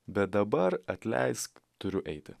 bet dabar atleisk turiu eiti